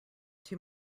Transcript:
too